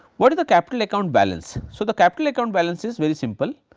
what is the capital account balance? so, the capital account balance is very simple.